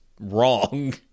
wrong